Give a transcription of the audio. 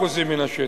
66% מן השטח.